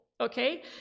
Okay